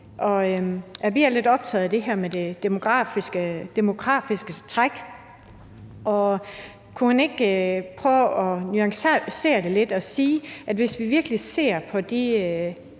Vi er lidt optaget af det her med det demografiske træk. Kunne man ikke prøve at nuancere det lidt og sige, at hvis vi virkelig ser på de